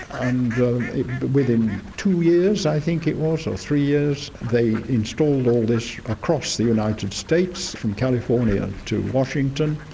and within two years i think it was or three years, they installed all this across the united states from california to washington,